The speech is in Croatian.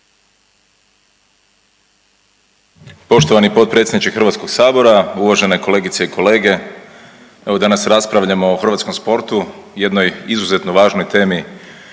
Poštovani potpredsjedniče HS-a, uvažene kolegice i kolege. Evo, danas raspravljamo o hrvatskom sportu, jednoj izuzetno važnoj temi